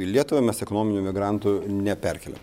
į lietuvą mes ekonominių migrantų neperkeliam